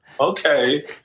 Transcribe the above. okay